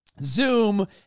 Zoom